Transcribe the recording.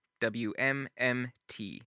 WMMT